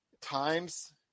times